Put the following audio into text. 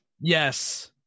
Yes